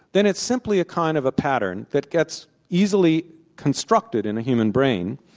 then it's simply a kind of a pattern that gets easily constructed in a human brain,